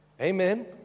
Amen